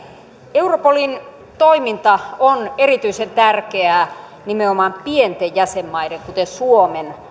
europolin toiminta on erityisen tärkeää nimenomaan pienten jäsenmaiden kuten suomen